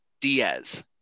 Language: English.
Diaz